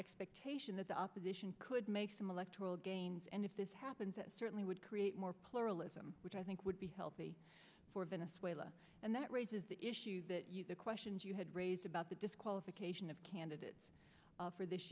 expectation that the opposition could make some electoral gains and if this happens that certainly would create more pluralism which i think would be healthy for business wailing and that raises the issue that you the questions you had raised about the disqualification of candidates for this